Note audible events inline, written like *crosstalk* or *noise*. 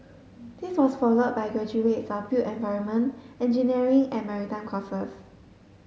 this was follow by graduate *unintelligible* built environment engineering and maritime courses